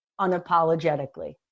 unapologetically